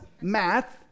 math